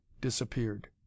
disappeared